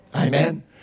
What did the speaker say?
amen